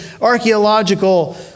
archaeological